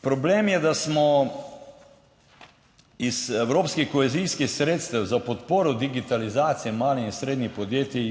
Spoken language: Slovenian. Problem je, da smo iz evropskih kohezijskih sredstev za podporo digitalizacije malih in srednjih podjetij